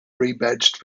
rebadged